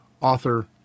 author